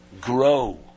grow